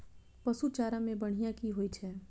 पशु चारा मैं बढ़िया की होय छै?